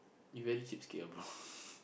you damn cheapskate ah bro